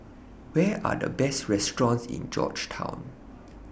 Where Are The Best restaurants in Georgetown